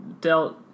dealt